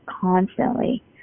constantly